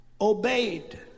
obeyed